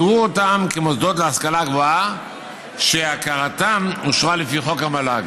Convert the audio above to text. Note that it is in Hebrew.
יראו אותם כמוסדות להשכלה גבוהה שהכרתם אושרה לפי חוק המל"ג.